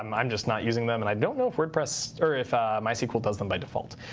i'm just not using them and i don't know if wordpress or if mysql does them by default.